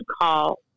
call